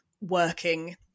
working